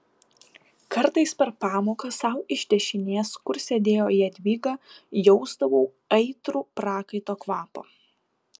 kartais per pamoką sau iš dešinės kur sėdėjo jadvyga jausdavau aitrų prakaito kvapą